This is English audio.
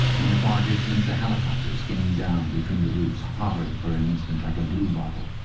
in the far distance a helicopter skimmed down between the roofs, hovered for an instant like a bluebottle,